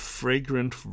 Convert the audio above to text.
fragrant